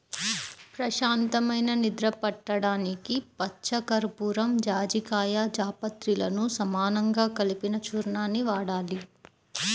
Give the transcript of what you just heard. ప్రశాంతమైన నిద్ర పట్టడానికి పచ్చకర్పూరం, జాజికాయ, జాపత్రిలను సమానంగా కలిపిన చూర్ణాన్ని వాడాలి